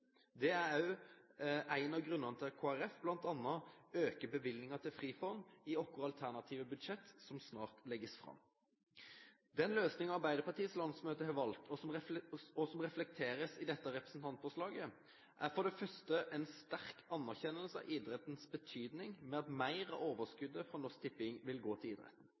Det er også en av grunnene til at Kristelig Folkeparti bl.a. øker bevilgningen til Frifond i vårt alternative budsjett som snart legges fram. Den løsningen Arbeiderpartiets landsmøte har valgt, og som reflekteres i dette representantforslaget, er for det første en sterk anerkjennelse av idrettens betydning ved at mer av overskuddet fra Norsk Tipping vil gå til idretten.